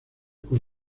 con